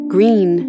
Green